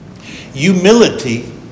Humility